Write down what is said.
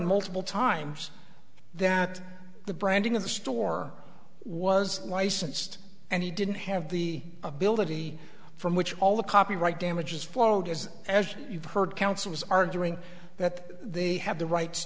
multiple times that the branding of the store was licensed and he didn't have the ability from which all the copyright damages flowed is as you've heard counsel is arguing that they have the rights